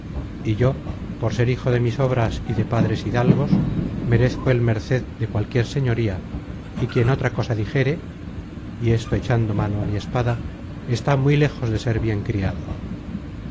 y yo por ser hijo de mis obras y de padres hidalgos merezco el merced de cualquier señoría y quien otra cosa dijere y esto echando mano á mi espada está muy lejos de ser bien criado